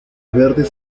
verdes